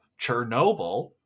Chernobyl